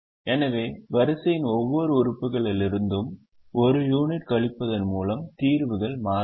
எனவே வரிசையின் ஒவ்வொரு உறுப்புகளிலிருந்தும் ஒரு யூனிட் கழிப்பதன் மூலம் தீர்வு மாறாது